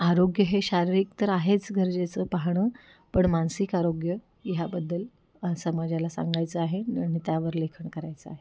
आरोग्य हे शारीरिक तर आहेच गरजेचं पाहणं पण मानसिक आरोग्य ह्याबद्दल समाजाला सांगायचं आहे आणि त्यावर लेखन करायचं आहे